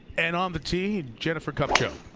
and on the tee, jennifer kupcho.